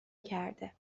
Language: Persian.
کرده